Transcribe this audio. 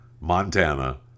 Montana